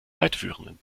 weiterführenden